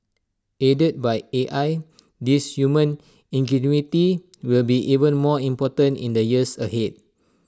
aided by A I this human ingenuity will be even more important in the years ahead